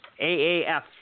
AAF